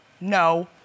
No